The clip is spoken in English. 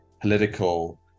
political